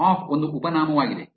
of ಒಂದು ಉಪನಾಮವಾಗಿದೆ